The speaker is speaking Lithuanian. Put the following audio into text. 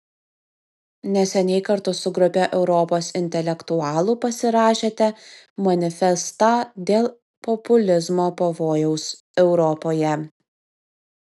neseniai kartu su grupe europos intelektualų pasirašėte manifestą dėl populizmo pavojaus europoje